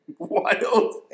Wild